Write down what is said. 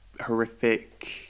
horrific